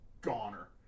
goner